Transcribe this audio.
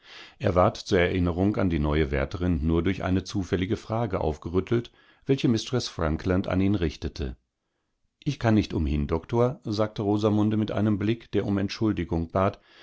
er ward zur erinnerung an die neue wärterin nur durch eine zufällige frage aufgerüttelt welche mistreßfranklandanihnrichtete ich kann nicht umhin doktor sagte rosamunde mit einem blick der um entschuldigung bat